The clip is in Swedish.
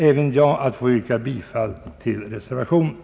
Även jag ber att få yrka bifall till reservationen.